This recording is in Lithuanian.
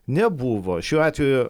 nebuvo šiuo atveju